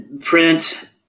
Print